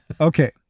Okay